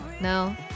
No